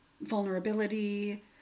vulnerability